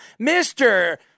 Mr